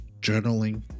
journaling